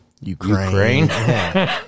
Ukraine